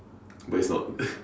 but it's not